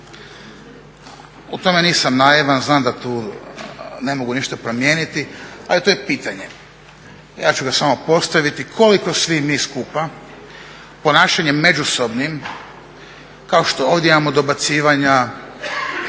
U tome nisam naivan, znam da tu ne mogu ništa promijeniti ali to je pitanje a ja ću ga samo postaviti, koliko svi mi skupa ponašanjem međusobnim kao što ovdje imamo dobacivanja,